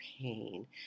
pain